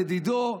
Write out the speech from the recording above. לדידו,